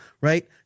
right